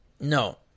No